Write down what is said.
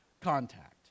contact